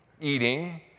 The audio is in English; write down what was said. eating